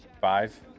five